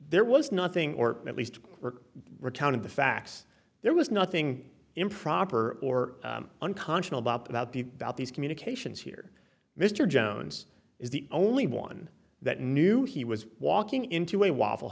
there was nothing or at least were written in the facts there was nothing improper or unconscionable up about the about these communications here mr jones is the only one that knew he was walking into a waffle